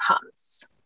comes